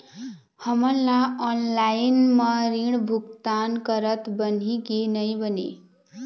हमन ला ऑनलाइन म ऋण भुगतान करत बनही की नई बने?